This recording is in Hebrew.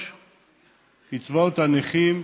קצבאות הנכים,